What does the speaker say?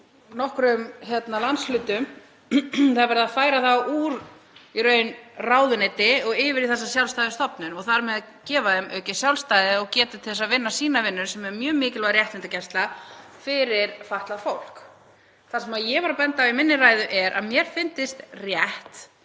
sem eru í nokkrum landshlutum, úr ráðuneyti og yfir í þessa sjálfstæðu stofnun og þar með gefa þeim aukið sjálfstæði og getu til að vinna sína vinnu, sem er mjög mikilvæg réttindagæsla fyrir fatlað fólk. Það sem ég var að benda á í minni ræðu er að mér fyndist rétt